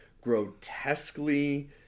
grotesquely